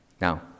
Now